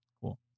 Cool